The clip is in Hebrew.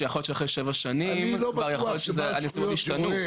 כשכבר יכול להיות שאחרי שבע שנים כבר יכול להיות שהנסיבות השתנו.